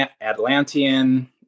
Atlantean